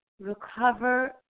recover